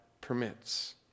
permits